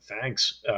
thanks